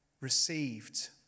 received